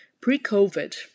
Pre-COVID